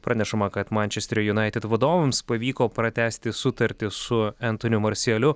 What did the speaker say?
pranešama kad mančesterio united vadovams pavyko pratęsti sutartį su entonu marsijaliu